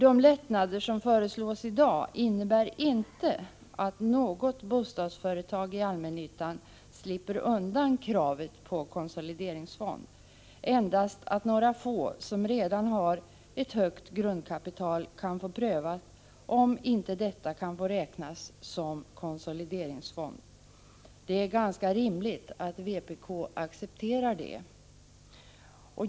De lättnader som föreslås i dag innebär inte att något bostadsföretag i allmännyttan slipper undan kravet på konsolideringsfond. Endast några få som redan har ett högt grundkapital kan få prövat om inte detta kan räknas som konsolideringsfond. Det är ganska rimligt att vpk accepterar det.